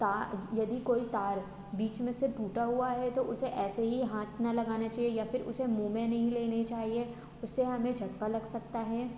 तार यदि कोई तार बीच में से टूटा हुआ है तो उसे ऐसे ही हाथ ना लगा ना चाहिए या फिर उसे मुंह में नहीं लेनी चाहिए उससे हमें झटका लग सकता है